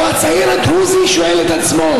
או הצעיר הדרוזי שואל את עצמו: